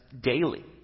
daily